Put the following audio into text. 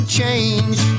change